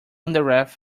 uttereth